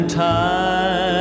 time